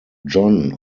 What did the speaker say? john